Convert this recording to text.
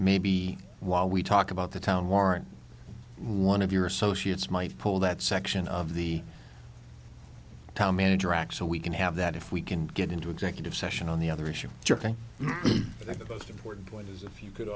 maybe while we talk about the town warrant one of your associates might pull that section of the town manager act so we can have that if we can get into executive session on the other issue that the most important point is if you could